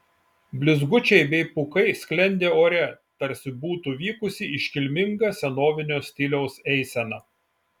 blizgučiai bei pūkai sklendė ore tarsi būtų vykusi iškilminga senovinio stiliaus eisena